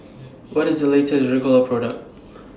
What IS The latest Ricola Product